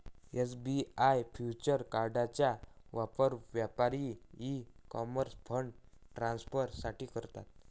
SBI virtual कार्डचा वापर व्यापारी ई कॉमर्स फंड ट्रान्सफर साठी करतात